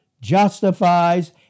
justifies